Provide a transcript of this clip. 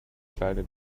kleine